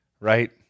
right